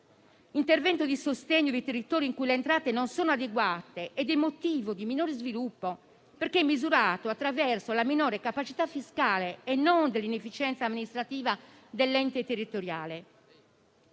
l'intervento di sostegno dei territori in cui le entrate non sono adeguate è motivo di minore sviluppo, perché misurato attraverso la minore capacità fiscale e non con l'inefficienza amministrativa dell'ente territoriale;